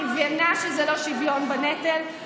אני מבינה שזה לא שוויון בנטל,